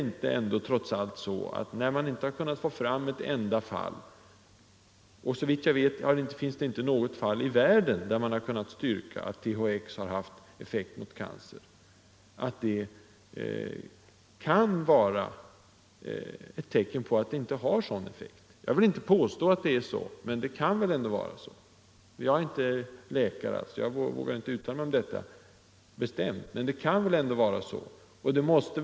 När man inte lyckats få fram ett enda fall där man kunnat styrka att THX haft effekt mot cancer är det ett tecken på att medlet inte har någon sådan effekt. Jag är själv inte läkare och vågar därför inte uttala mig bestämt, men det kan ju förhålla sig på det sättet.